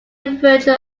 virtual